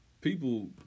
people